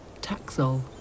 taxol